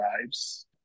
lives